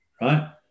right